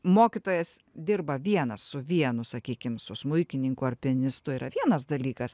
mokytojas dirba vienas su vienu sakykim su smuikininku ar pianistu yra vienas dalykas